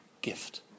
gift